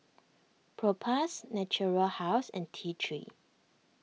Propass Natura House and T three